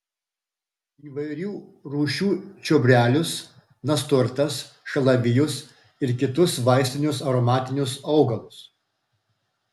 įvairių rūšių čiobrelius nasturtas šalavijus ir kitus vaistinius aromatinius augalus